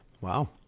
Wow